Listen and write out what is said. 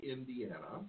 Indiana